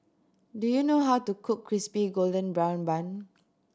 do you know how to cook Crispy Golden Brown Bun